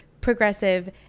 progressive